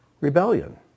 rebellion